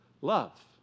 Love